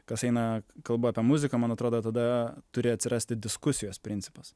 kas eina kalba apie muziką man atrodo tada turi atsirasti diskusijos principas